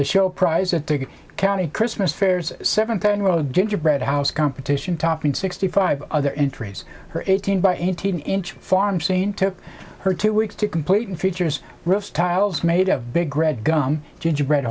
the show prize at the county christmas fairs seven ten road gingerbread house competition topping sixty five other entries her eighteen by eighteen inch form st took her two weeks to complete and features roof tiles made of big red gum gingerbread